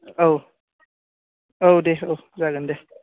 औ औ दे औ जागोन दे